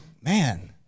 man